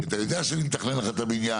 כי אתה יודע שאני מתכנן לך את הבניין,